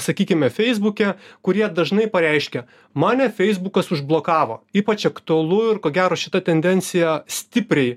sakykime feisbuke kurie dažnai pareiškia mane feisbukas užblokavo ypač aktualu ir ko gero šita tendencija stipriai